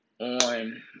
on